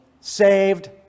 saved